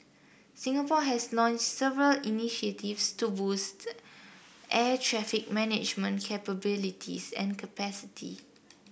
Singapore has launched several initiatives to boost air traffic management capabilities and capacity